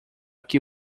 que